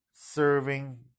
Serving